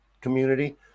community